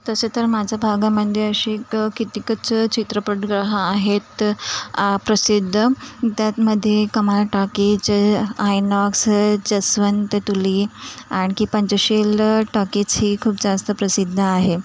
तसे तर माझ्या भागामध्ये असे कितीकच चित्रपटगृह आहेत प्रसिद्ध त्यामध्ये कमाल टॉकीज आयनॉक्स जसवंत तुली आणखी पंचशील टॉकीज ही खूप जास्त प्रसिद्ध आहे